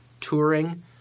touring